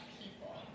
people